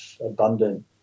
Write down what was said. abundant